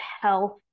health